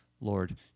Lord